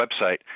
website